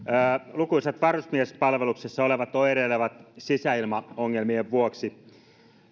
lukuisat varusmiespalveluksessa olevat oireilevat sisäilmaongelmien vuoksi